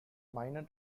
minor